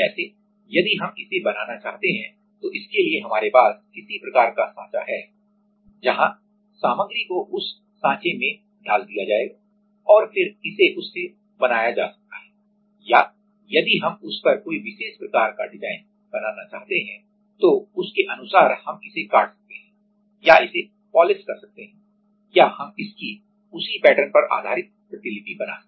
जैसे यदि हम इसे बनाना चाहते हैं तो इसके लिए हमारे पास किसी प्रकार का साँचा है जहाँ सामग्री को उस सांचे में डाला दिया जाएगा और फिर इसे उससे बनाया जा सकता है या यदि हम उस पर कोई विशेष प्रकार का डिज़ाइन बनाना चाहते हैं तो उसके अनुसार हम इसे काट सकते हैं या इसे पॉलिश कर सकते हैं या हम इसकी उसी पैटर्न पर आधारित प्रतिलिपि बना सकते हैं